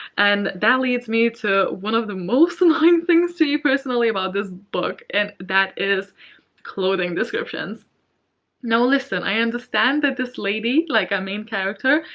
and that leads me to one of the most annoying things to me personally about this book and that is clothing descriptions now, listen, i understand that this lady, like our main character,